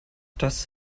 das